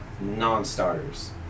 non-starters